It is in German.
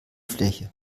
fläche